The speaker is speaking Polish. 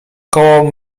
koło